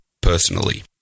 personally